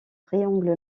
triangle